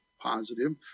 positive